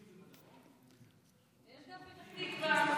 יש גם מפתח תקווה.